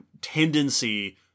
tendency